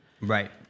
Right